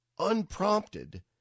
unprompted